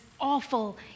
awful